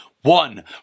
one